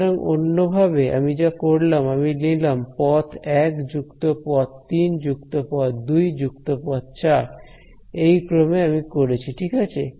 সুতরাং অন্যভাবে আমি যা করলাম আমি নিলাম পথ 1 যুক্ত পথ 3 যুক্ত পথ 2 যুক্ত পথ 4 এই ক্রমে আমি করেছি ঠিক আছে